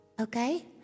Okay